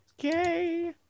Okay